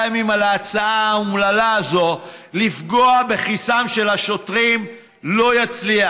ימים על ההצעה האומללה הזאת לפגוע בכיסם של השוטרים לא יצליח.